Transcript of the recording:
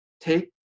take